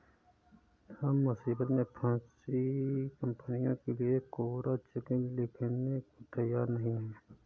हम मुसीबत में फंसी कंपनियों के लिए कोरा चेक लिखने को तैयार नहीं हैं